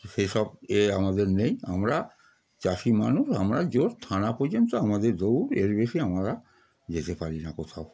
সে সব এ আমাদের নেই আমরা চাষি মানুষ আমরা বড়জোর থানা পর্যন্ত আমাদের দৌড় এর বেশি আমরা যেতে পারি না কোথাও